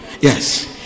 yes